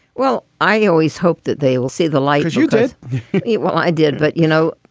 well, i always hoped that they will see the light as you did it. well, i did. but, you know,